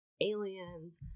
Aliens